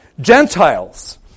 Gentiles